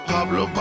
Pablo